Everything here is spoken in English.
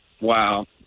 Wow